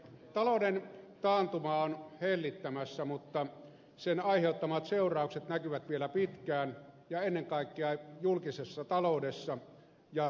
talouden taantuma on hellittämässä mutta sen aiheuttamat seuraukset näkyvät vielä pitkään ja ennen kaikkea julkisessa taloudessa ja suomen vientituloissa